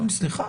סליחה.